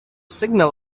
signal